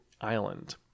island